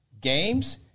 games